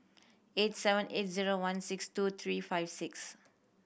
eight seven eight zero one six two three five six